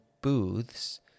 Booths